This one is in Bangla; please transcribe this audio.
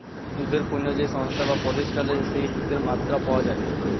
দুধ পণ্য যে সংস্থায় বা প্রতিষ্ঠালে যেই দুধের মাত্রা পাওয়া যাই